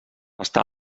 està